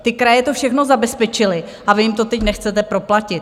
Ty kraje to všechno zabezpečily a vy jim to teď nechcete proplatit.